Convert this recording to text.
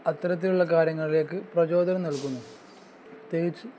അത്തരത്തിലുള്ള കാര്യങ്ങളിലേക്ക് പ്രചോദനം നൽകുന്നു തികച്ച്